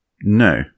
No